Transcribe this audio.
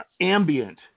ambient